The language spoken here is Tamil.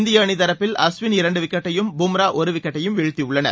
இந்தியஅணிதரப்பில் அஸ்விள் இரண்டுவிக்கெட்டையும் பும்ராஒருவிக்கெட்டையும் வீழ்த்தியுள்ளனர்